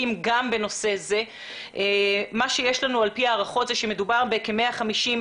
לבחון את שיתופי הפעולה שכבר עכשיו נדרשים ויכולים